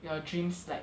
your dreams like